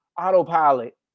autopilot